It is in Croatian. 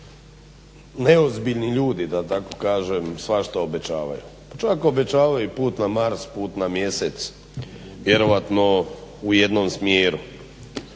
neozbiljni ljudi da tako kažem svašta obećavaju, pa čak obećavaju i put na Mars, put na Mjesec, vjerojatno u jednom smjeru,